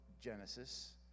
Genesis